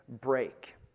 break